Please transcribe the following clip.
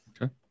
Okay